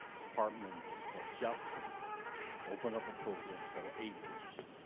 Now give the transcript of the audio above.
department of justice opened up a program called apris.